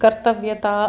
कर्तव्यता